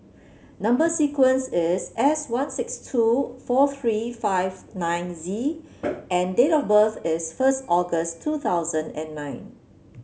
number sequence is S one six two four three five nine Z and date of birth is first August two thousand and nine